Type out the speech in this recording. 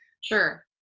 Sure